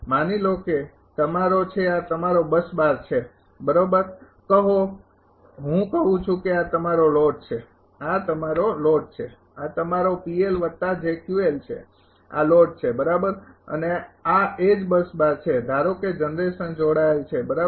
માની લો કે આ તમારો છે આ તમારો બસ બાર છે બરાબર કહો હું કહું છુ કે આ તમારો લોડ છે આ તમારો લોડ છે આ તમારો છે આ લોડ છે બરાબર અને આ એજ બસ બાર છે ધારો કે જનરેશન જોડાયેલ છે બરાબર